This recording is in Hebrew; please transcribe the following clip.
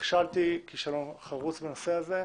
נכשלתי כישלון חרוץ בנושא הזה.